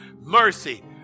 mercy